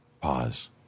Pause